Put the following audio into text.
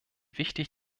wichtig